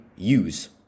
use